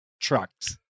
trucks